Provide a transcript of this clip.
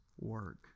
work